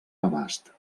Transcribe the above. abast